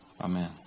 Amen